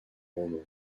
roman